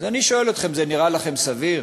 אז אני שואל אתכם, זה נראה לכם סביר?